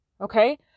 Okay